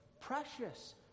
precious